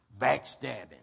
Backstabbing